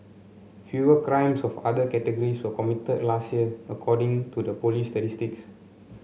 fewer crimes of other categories were committed last year according to the police's statistics